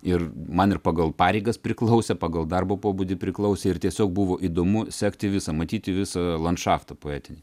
ir man ir pagal pareigas priklausė pagal darbo pobūdį priklausė ir tiesiog buvo įdomu sekti visą matyti visą landšaftą poetinį